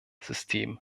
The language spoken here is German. system